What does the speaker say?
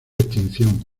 extinción